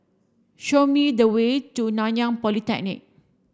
show me the way to Nanyang Polytechnic